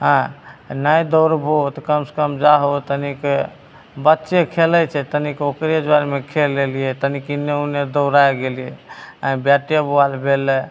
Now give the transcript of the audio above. हेँ नहि दौड़बहो तऽ कमसे कम जाहो तनिके बच्चे खेलै छै तनिक ओकरे जरमे खेलि लेलिए तनिक एन्ने ओन्ने दौड़ै गेलिए हेँ बैटे बाॅल भेलै